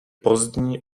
pozdní